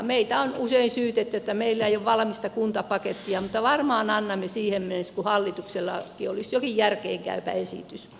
meitä on usein syytetty että meillä ei ole valmista kuntapakettia mutta varmaan annamme siihen mennessä kun hallituksellakin olisi jokin järkeenkäypä esitys